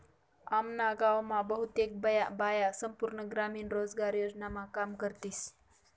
आम्ना गाव मा बहुतेक बाया संपूर्ण ग्रामीण रोजगार योजनामा काम करतीस